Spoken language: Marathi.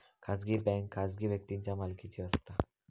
खाजगी बँक खाजगी व्यक्तींच्या मालकीची असता